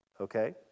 Okay